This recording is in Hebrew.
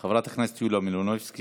המצב הזה, במה הממשלה הזו